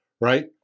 right